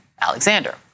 Alexander